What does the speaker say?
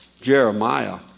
Jeremiah